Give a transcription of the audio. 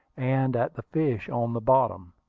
and at the fish on the bottom,